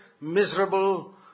miserable